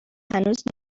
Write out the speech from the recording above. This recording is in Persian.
هنوز